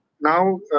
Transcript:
now